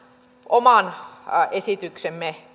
oman esityksemme